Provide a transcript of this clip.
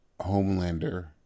Homelander